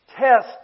test